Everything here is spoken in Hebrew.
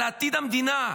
על עתיד המדינה.